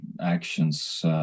actions